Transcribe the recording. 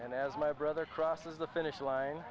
and as my brother crosses the finish line